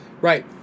Right